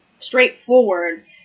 straightforward